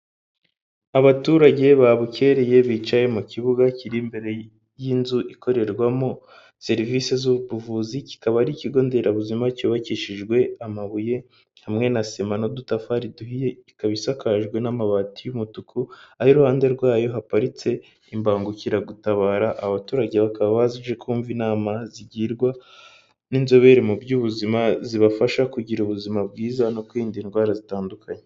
Abaturage babukereye bicaye mu kibuga kiri imbere y'inzu ikorerwamo serivisi z'ubuvuzi kikaba ari ikigo nderabuzima cyubakishijwe amabuye hamwe na sima n'udutafari duhiye, ikaba isakajwe n'amabati y'umutuku aho iruhande rwayo haparitse imbangukiragutabara abaturage bakaba baje kumva inama zigirwa n'inzobere mu by'ubuzima zibafasha kugira ubuzima bwiza no kwirinda indwara zitandukanye.